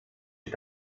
est